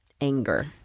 anger